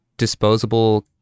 disposable